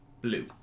blue